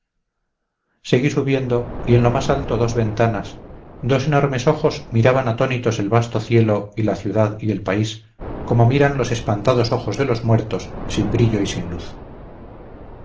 seguí subiendo y en lo más alto dos ventanas dos enormes ojos miraban atónitos el vasto cielo y la ciudad y el país como miran los espantados ojos de los muertos sin brillo y sin luz